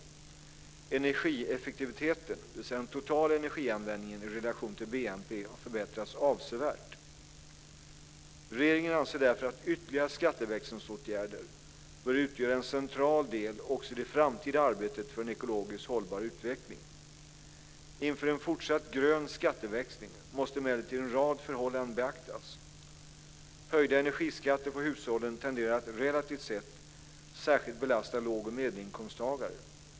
Energieffektiviteten, dvs. den totala energianvändningen i relation till BNP, har förbättrats avsevärt. Regeringen anser därför att ytterligare skatteväxlingsåtgärder bör utgöra en central del också i det framtida arbetet för en ekologiskt hållbar utveckling. Inför en fortsatt grön skatteväxling måste emellertid en rad förhållanden beaktas. Höjda energiskatter på hushållen tenderar att relativt sett särskilt belasta lågoch medelinkomsttagare.